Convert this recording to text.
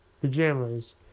pajamas